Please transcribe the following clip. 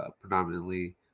predominantly